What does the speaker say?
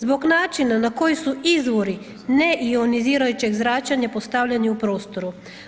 Zbog načina na koji izvori neionizirajućeg zračenja postavljeni u prostoru.